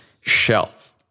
Shelf